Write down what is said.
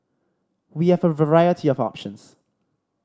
we have a variety of options